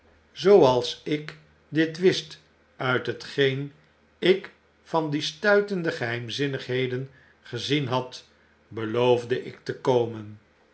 zooals ik dit wist uit hetgeen ik van diestuitende geheimzinnigheden gezienhad beloofde ik te komen